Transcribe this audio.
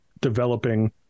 developing